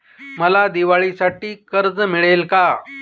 मला दिवाळीसाठी कर्ज मिळेल का?